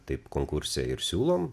taip konkurse ir siūlom